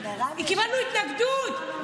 קיבלנו התנגדות.